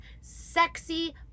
sexy